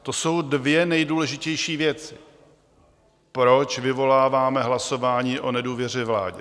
To jsou dvě nejdůležitější věci, proč vyvoláváme hlasování o nedůvěře vládě.